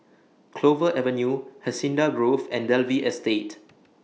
Clover Avenue Hacienda Grove and Dalvey Estate